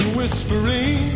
whispering